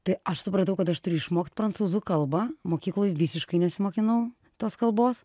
tai aš supratau kad aš turiu išmokt prancūzų kalbą mokykloj visiškai nesimokinau tos kalbos